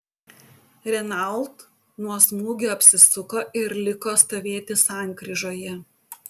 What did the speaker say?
renault nuo smūgio apsisuko ir liko stovėti sankryžoje